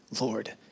Lord